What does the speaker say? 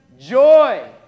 joy